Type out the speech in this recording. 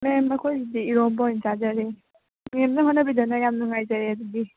ꯃꯦꯝ ꯑꯩꯈꯣꯏꯒꯤꯗꯤ ꯏꯔꯣꯝꯕ ꯑꯣꯏꯅ ꯆꯥꯖꯔꯦ ꯃꯦꯝꯅ ꯍꯣꯠꯅꯕꯤꯗꯅ ꯌꯥꯝ ꯅꯨꯡꯉꯥꯏꯖꯔꯦ ꯑꯗꯨꯗꯤ